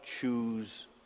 choose